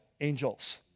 angels